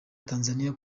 tanzaniya